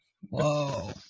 Whoa